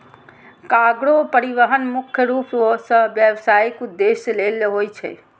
cargo परिवहन मुख्य रूप सं व्यावसायिक उद्देश्य लेल होइ छै